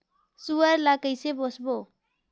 सुअर ला कइसे पोसबो?